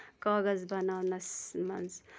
کاغذ بَناونَس منٛز